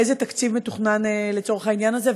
איזה תקציב מתוכנן לצורך העניין הזה?